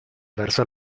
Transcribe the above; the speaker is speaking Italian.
verso